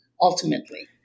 ultimately